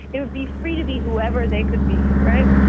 they would be free to be whoever they could be, right?